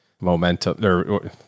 momentum